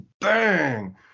bang